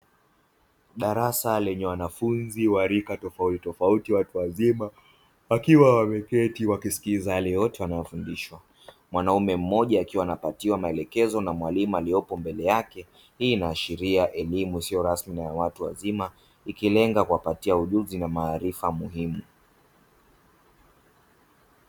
Darasa lenye wanafunzi wa rika tofauti tofauti watu wazima wakiwa wameketi wakisikiliza yale yote wanayofundishwa, mwanaume mmoja akiwa anapatiwa maelekezo na mwalimu aliyopo mbele yake. Hii inaashiria elimu isiyo rasmi ya watu wazima ikilenga kuwapatia ujuzi na maarifa muhimu.